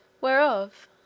Whereof